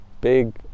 big